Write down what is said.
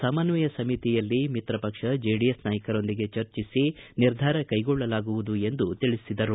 ಸಮನ್ವಯ ಸಮಿತಿಯಲ್ಲಿ ಮಿತ್ರ ಪಕ್ಷ ಜೆಡಿಎಸ್ ನಾಯಕರೊಂದಿಗೆ ಚರ್ಚಿಸಿ ನಿರ್ಧಾರ ಕೈಗೊಳ್ಳಲಾಗುವುದು ಎಂದು ತಿಳಿಸಿದರು